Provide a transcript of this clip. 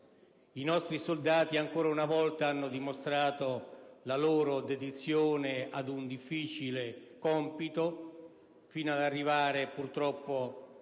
I nostri soldati ancora una volta hanno dimostrato la loro dedizione ad un difficile compito fino ad arrivare, purtroppo,